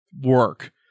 work